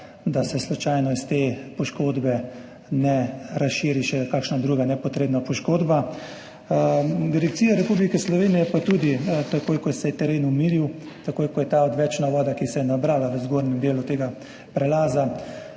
da se slučajno iz te poškodbe ne razširi še kakšna druga nepotrebna poškodba. Direkcija Republike Slovenije je pa tudi takoj, ko se je teren umiril, takoj, ko je ta odvečna voda, ki se je nabrala v zgornjem delu tega prelaza,